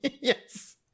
yes